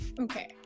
okay